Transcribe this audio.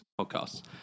podcasts